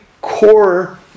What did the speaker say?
core